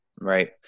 Right